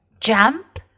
jump